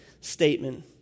statement